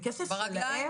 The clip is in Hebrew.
זה כסף שלהם --- ברגליים,